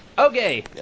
Okay